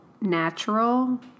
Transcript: natural